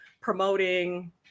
promoting